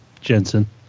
Jensen